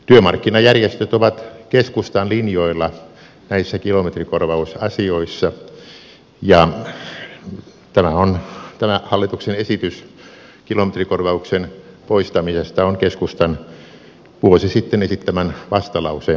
työmarkkinajärjestöt ovat keskustan linjoilla näissä kilometrikorvausasioissa ja tämä hallituksen esitys kilometrikorvauksen poistamisesta on keskustan vuosi sitten esittämän vastalauseen mukainen